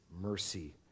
mercy